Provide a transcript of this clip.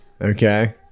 Okay